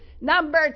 Number